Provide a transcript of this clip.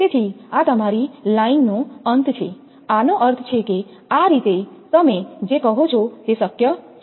તેથી આ તમારી લાઇનનો અંત છે આનો અર્થ છે કે આ રીતે તમે જે કહો છો તે શક્ય છે